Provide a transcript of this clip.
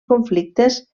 conflictes